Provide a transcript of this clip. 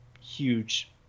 huge